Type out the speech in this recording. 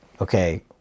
okay